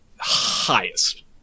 highest